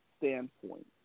standpoint